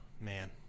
man